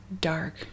dark